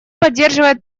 поддерживает